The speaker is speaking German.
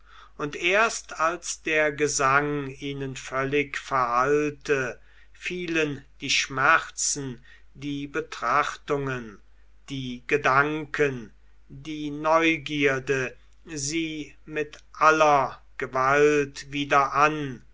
und erst als der gesang ihnen völlig verhallte fielen die schmerzen die betrachtungen die gedanken die neugierde sie mit aller gewalt wieder an